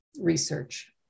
research